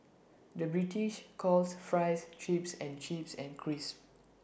the British calls Fries Chips and chips and crisps